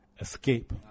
Escape